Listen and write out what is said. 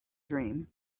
dream